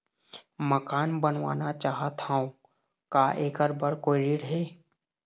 मकान बनवाना चाहत हाव, का ऐकर बर कोई ऋण हे?